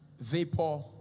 Vapor